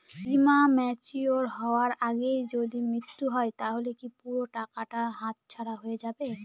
বীমা ম্যাচিওর হয়ার আগেই যদি মৃত্যু হয় তাহলে কি পুরো টাকাটা হাতছাড়া হয়ে যাবে?